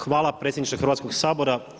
Hvala predsjedniče Hrvatskog sabora.